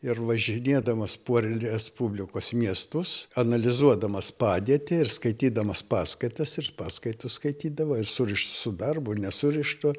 ir važinėdamas po respublikos miestus analizuodamas padėtį ir skaitydamas paskaitas jis paskaitas skaitydavo ir surištas su darbu ir nesurišta